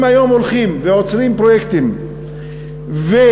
אם היום הולכים ועוצרים פרויקטים ומחסלים